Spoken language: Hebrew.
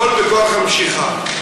הכול בכוח המשיכה.